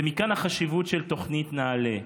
ומכאן החשיבות של תוכנית נעל"ה,